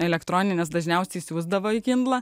elektronines dažniausiai siųsdavo